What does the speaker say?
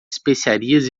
especiarias